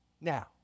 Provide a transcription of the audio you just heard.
Now